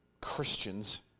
Christians